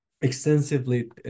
extensively